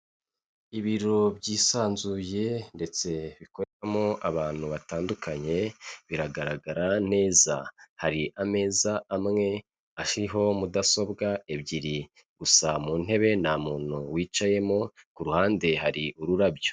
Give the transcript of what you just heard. Ibiro byisanzuye, ndetse bikoreramo abantu batandukanye, biragaragara neza, hari ameza amwe ariho mudasobwa ebyiri, gusa mu ntebe nta muntu wicayemo, kuruhande hari ururabyo.